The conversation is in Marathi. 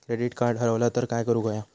क्रेडिट कार्ड हरवला तर काय करुक होया?